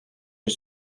are